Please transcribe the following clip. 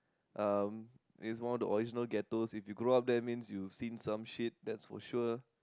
um it's one of the original ghettos if you grow up there means you seen some shit that's for sure